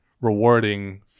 Rewarding